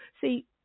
see